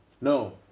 No